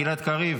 גלעד קריב.